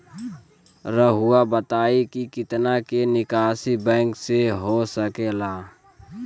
रहुआ बताइं कि कितना के निकासी बैंक से हो सके ला?